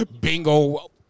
bingo